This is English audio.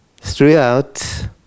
Throughout